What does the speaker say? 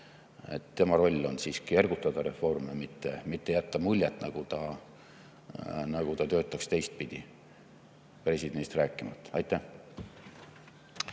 Tema roll on siiski ergutada reforme, mitte jätta muljet, nagu ta töötaks teistpidi. Presidendist rääkimata. Aitäh!